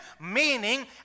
meaning